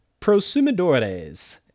prosumidores